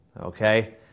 okay